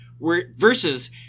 Versus